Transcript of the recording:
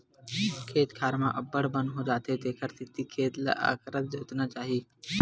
खेत खार म अब्बड़ बन हो जाथे तेखर सेती खेत ल अकरस जोतना चाही